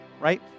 right